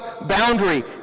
boundary